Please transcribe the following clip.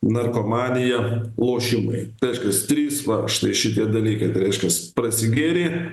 narkomanija lošimai tai reiškias trys va štai šitie dalykai tai reiškias prasigėrė